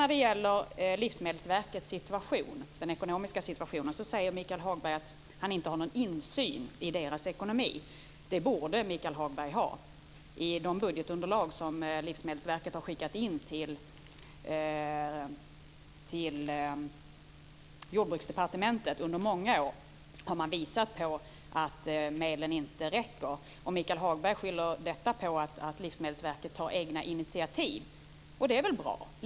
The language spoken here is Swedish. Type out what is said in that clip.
När det gäller Livsmedelsverkets ekonomiska situation säger Michael Hagberg att han inte har någon insyn i dess ekonomi. Det borde Michael Hagberg ha. I de budgetunderlag som Livsmedelsverket under många år har skickat in till Jordbruksdepartementet har man visat på att medlen inte räcker. Michael Hagberg skyller det på att Livsmedelsverket tar egna initiativ. Det är väl bra.